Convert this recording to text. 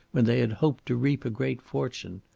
when they had hoped to reap a great fortune.